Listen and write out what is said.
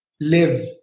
live